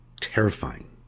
Terrifying